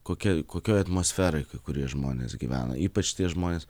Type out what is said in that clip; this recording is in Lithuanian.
kokia kokioj atmosferoj kai kurie žmonės gyvena ypač tie žmonės